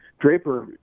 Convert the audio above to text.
Draper